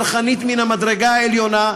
צרכנית מן המדרגה העליונה,